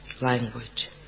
language